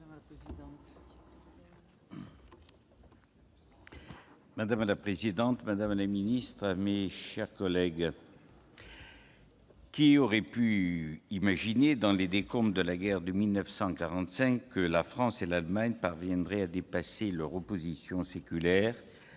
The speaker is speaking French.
Madame la présidente, madame la secrétaire d'État, mes chers collègues, qui aurait pu imaginer, dans les décombres de la guerre, en 1945, que la France et l'Allemagne parviendraient à dépasser leur opposition séculaire